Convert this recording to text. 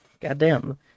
Goddamn